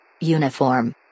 Uniform